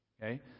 Okay